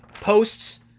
posts